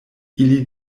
ili